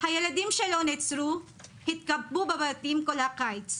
הילדים שלא נעצרו, התחבאו בבתים כל הקיץ,